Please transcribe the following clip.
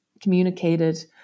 communicated